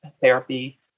therapy